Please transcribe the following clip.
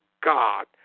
God